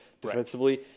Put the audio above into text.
defensively